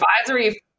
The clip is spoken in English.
advisory